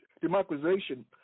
democratization